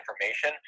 information